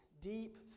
deep